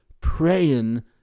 praying